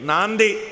Nandi